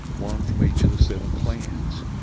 one from each of the seven clans.